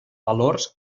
valors